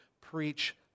preach